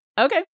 Okay